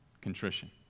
Contrition